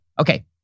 okay